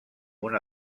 una